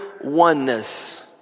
oneness